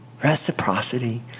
reciprocity